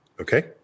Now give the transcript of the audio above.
okay